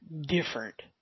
different